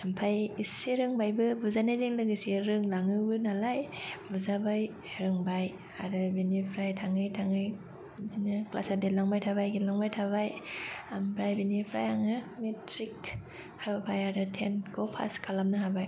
आमफ्राय एसे रोंबायबो बुजानायजों लोगोसे रोंलाङोबो नालाय बुजाबाय रोंबाय आरो बेनिफ्राइ थाङै थाङै बिदिनो क्लासा देरलांबाय थाबाय देरलांबाय थाबाय आमफ्राय बेनिफ्राइ आङो मेट्रिक होबाय आरो टेनखौ फास खालामनो हाबाय